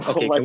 Okay